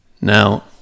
Now